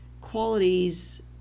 qualities